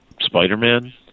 Spider-Man